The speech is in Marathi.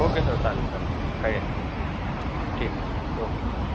ओके सर चालेल चालेल काही हरकत ठीक आहे ओके ठीक